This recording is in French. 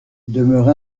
demeure